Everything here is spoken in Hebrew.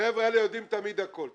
החבר'ה האלה יודעים תמיד הכל.